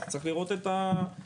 צריך לראות את הדינמיקה,